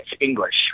English